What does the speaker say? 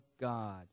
God